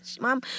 Mom